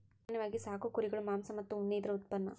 ಸಾಮಾನ್ಯವಾಗಿ ಸಾಕು ಕುರುಗಳು ಮಾಂಸ ಮತ್ತ ಉಣ್ಣಿ ಇದರ ಉತ್ಪನ್ನಾ